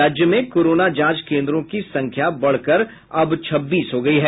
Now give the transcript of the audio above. राज्य में कोरोना जांच कोन्द्रों की संख्या बढ़कर छब्बीस हो गयी है